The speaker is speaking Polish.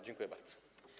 Dziękuję bardzo.